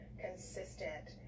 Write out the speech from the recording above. consistent